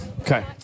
Okay